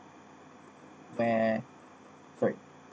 where sorry